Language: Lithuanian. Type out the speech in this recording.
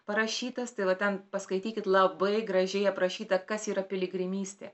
parašytas tai yra ten paskaityki labai gražiai aprašyta kas yra piligrimystė